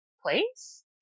place